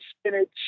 spinach